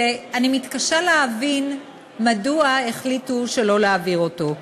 שאני מתקשה להבין מדוע החליטו שלא להעביר אותו.